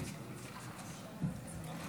הנושא הבא